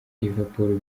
liverpool